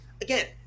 again